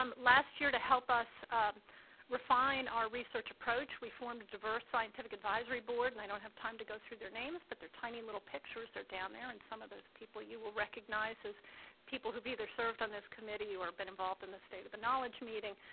um last year to help us refine our research approach, we formed a diverse scientific advisory board, and i don't have time to go through their names, but their tiny little pictures are down there, and some of those people you will recognize as people who've either served on this committee or been involved in the state of the knowledge meeting,